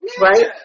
right